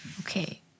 Okay